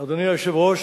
אדוני היושב-ראש,